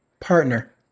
partner